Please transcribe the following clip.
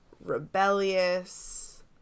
rebellious